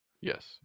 yes